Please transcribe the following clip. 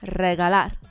regalar